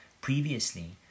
Previously